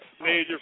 major